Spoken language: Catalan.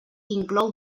inclou